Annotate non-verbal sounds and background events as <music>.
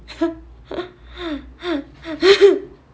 哼哼哼 <laughs>